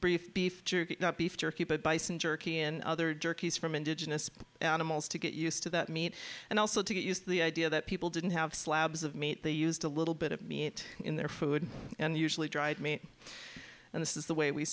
briefed beef not beef jerky but bison jerky and other jerky is from indigenous animals to get used to that meat and also to get used to the idea that people didn't have slabs of meat they used a little bit of meat in their food and usually dried meat and this is the way we